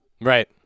Right